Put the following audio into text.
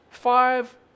Five